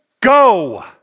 go